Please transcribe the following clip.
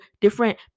different